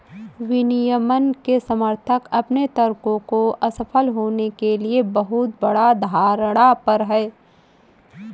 विनियमन के समर्थक अपने तर्कों को असफल होने के लिए बहुत बड़ा धारणा पर हैं